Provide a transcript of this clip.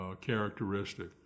characteristic